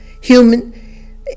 human